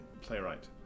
playwright